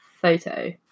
Photo